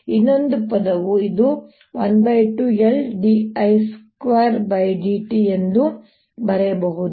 ಇನ್ನೊಂದು ಪದವು ಇದು 12 LdI2 dtಎಂದು ಬರೆಯಬಹುದು